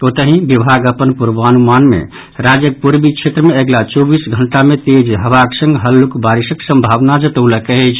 ओतहि विभाग अपन पूर्वानुमान मे राज्यक पूर्वी क्षेत्र मे अगिला चौबीस घंटा मे तेज हवाक संग हल्लुक बारिशक संभावना जतौलक अछि